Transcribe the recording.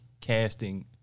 casting